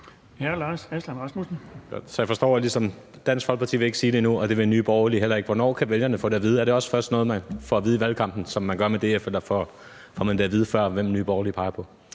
Hvornår kan vælgerne få det at vide? Er det også først noget, man får at vide i valgkampen, som man gør med DF? Eller får man det at vide før, hvem Nye Borgerlige peger på?